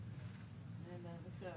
אני אבהיר.